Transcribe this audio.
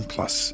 Plus